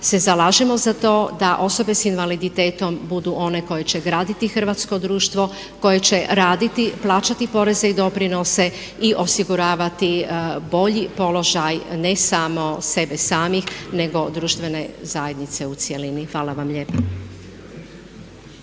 se zalažemo za to da osobe s invaliditetom budu one koje graditi hrvatsko društvo, koje će raditi, plaćati poreze i doprinose i osiguravati bolji položaj ne samo sebe samih nego društvene zajednice u cjelini. Hvala vam lijepo.